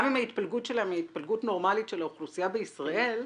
גם אם ההתפלגות שלהם היא התפלגות נורמלית של האוכלוסייה בישראל,